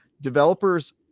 Developers